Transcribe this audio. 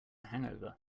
hangover